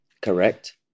Correct